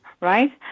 right